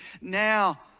Now